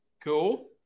Cool